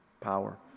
power